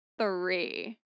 three